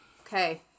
okay